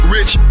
Rich